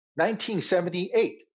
1978